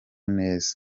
neza